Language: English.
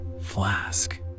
Flask